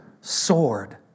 sword